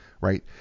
right